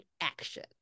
action